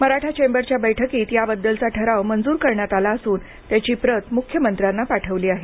मराठा चेंबरच्या बैठकीत याबद्दलचा ठराव मंजूर करण्यात आला असून त्याची प्रत मुख्यमंत्र्यांना पाठवली आहे